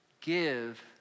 give